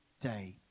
day